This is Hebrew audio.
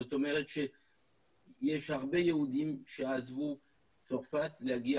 זאת אומרת שיש הרבה יהודים שעזבו את צרפת להגיע